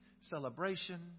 celebration